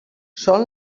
són